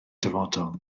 dyfodol